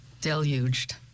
deluged